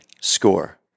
Score